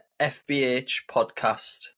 fbhpodcast